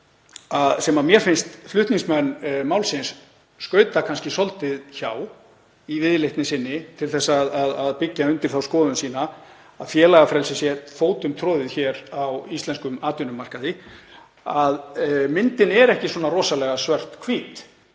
sem mér finnst flutningsmenn málsins skauta kannski svolítið hjá í viðleitni sinni til að byggja undir þá skoðun sína að félagafrelsi sé fótum troðið á íslenskum atvinnumarkaði, þ.e. að myndin er ekki svona rosalega svarthvít.